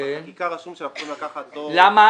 למה